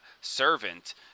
servant